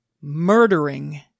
murdering